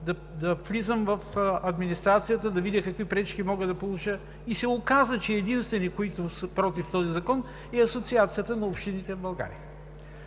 да влизам в администрацията, за да видя какви пречки мога да получа и се оказа, че единствените, които са против този закон, са от Асоциацията на общините в България.